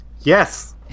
Yes